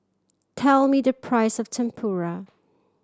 tell me the price of Tempura